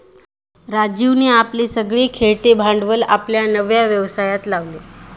राजीवने आपले सगळे खेळते भांडवल आपल्या नव्या व्यवसायात लावले